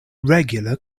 regular